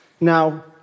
Now